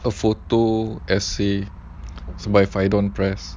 a photo essay by five down press